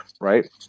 right